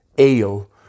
ale